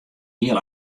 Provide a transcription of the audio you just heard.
hiel